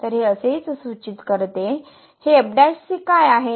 तर हे असेच सूचित करते हे काय आहे